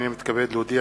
הנני מתכבד להודיע,